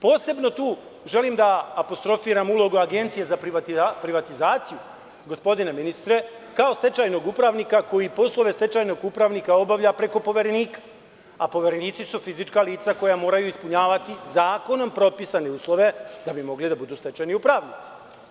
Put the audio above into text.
Posebno tu želim da apostrofiram ulogu Agencije za privatizaciju, gospodine ministre, kao stečajnog upravnika koji poslove stečajnog upravnika obavlja preko poverenika, a poverenici su fizička lica koja moraju ispunjavati zakonom propisane uslove da bi mogli da budu stečajni upravnici.